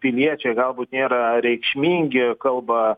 piliečiai galbūt nėra reikšmingi kalba